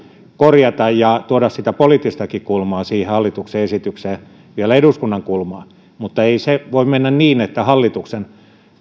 korjata ja tuoda sitä poliittistakin kulmaa siihen hallituksen esitykseen vielä eduskunnan kulmaa mutta ei se voi mennä niin että